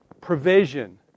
provision